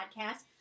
podcast